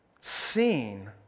Seen